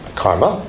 karma